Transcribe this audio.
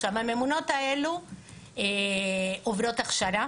עכשיו, הממונות האלו עוברות הכשרה